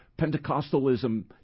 Pentecostalism